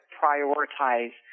prioritize